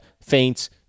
faints